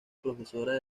profesora